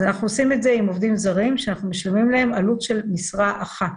אנחנו עושים את זה עם עובדים זרים שאנחנו משלמים להם עלות של משרה אחת.